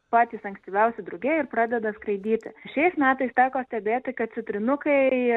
patys ankstyviausi drugiai ir pradeda skraidyti šiais metais teko stebėti kad citrinukai